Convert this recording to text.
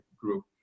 Group